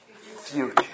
future